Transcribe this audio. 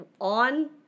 On